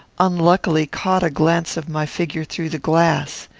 unluckily caught a glance of my figure through the glass.